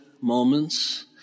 moments